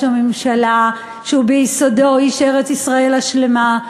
הממשלה שהוא ביסודו איש ארץ-ישראל השלמה,